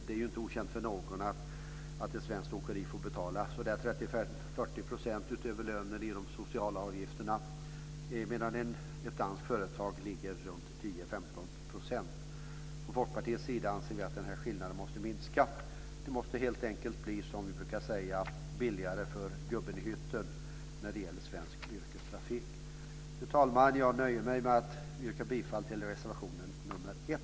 Det är inte okänt för någon att ett svenskt åkeri får betala 35-40 % utöver lönen i sociala avgifter, medan ett danskt företag ligger runt 10-15 %. Från Folkpartiets sida anser vi att den här skillnaden måste minska. Det måste helt enkelt, som vi brukar säga, bli billigare för "gubben i hytten" när det gäller svensk yrkestrafik. Fru talman! Jag nöjer mig med att yrka bifall till reservation nr 1.